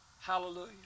Hallelujah